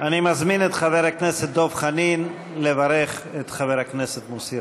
אני מזמין את חבר הכנסת דב חנין לברך את חבר הכנסת מוסי